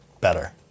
better